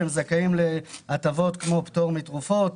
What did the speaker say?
הם זכאים להטבות כמו פטור מתרופות,